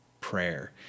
prayer